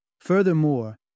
Furthermore